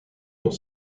dans